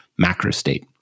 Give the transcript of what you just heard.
macrostate